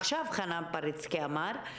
ועכשיו חנן פריצקי אמר,